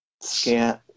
scan